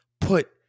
put